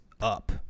up